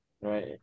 Right